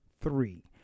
Three